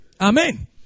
Amen